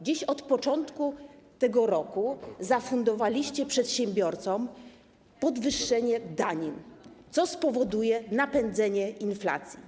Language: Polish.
Dziś od początku tego roku zafundowaliście przedsiębiorcom podwyższenie danin, co spowoduje napędzenie inflacji.